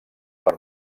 per